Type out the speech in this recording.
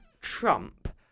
trump